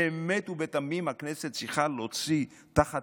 באמת ובתמים הכנסת צריכה להוציא תחת